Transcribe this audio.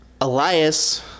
Elias